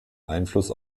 einfluss